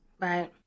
Right